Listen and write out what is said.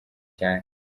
cyane